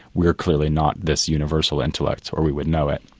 we're clearly not this universal intellect or we would know it.